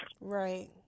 right